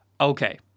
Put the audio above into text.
okay